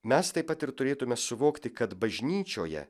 mes taip pat ir turėtume suvokti kad bažnyčioje